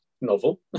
novel